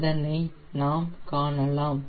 அதனை நாம் காணலாம்